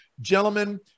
gentlemen